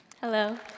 Hello